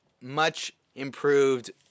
much-improved